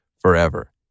forever